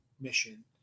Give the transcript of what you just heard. mission